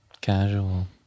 Casual